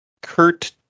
kurt